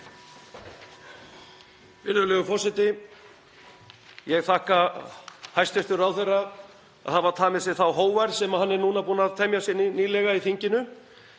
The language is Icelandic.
Virðulegur forseti. Ég þakka hæstv. ráðherra fyrir að hafa tamið sér þá hógværð sem hann er núna búinn að temja sér nýlega í þinginu.